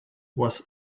was